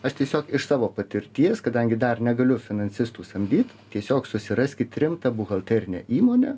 aš tiesiog iš savo patirties kadangi dar negaliu finansistų samdyt tiesiog susiraskit rimtą buhalterinę įmonę